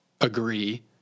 agree